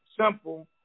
Simple